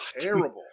Terrible